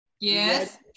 Yes